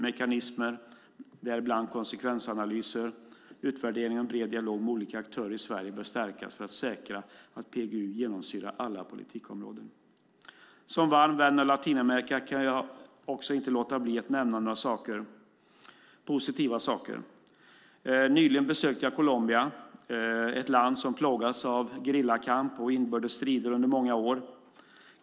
Mekanismer, däribland konsekvensanalyser, utvärderingar och bred dialog med olika aktörer i Sverige, bör stärkas för säkra att PGU genomsyrar alla politikområden. Som varm vän av Latinamerika kan jag inte låta bli att nämna några positiva saker. Nyligen besökte jag Colombia, ett land som plågats av gerillakamp och inbördes strider under många år.